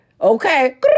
Okay